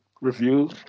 review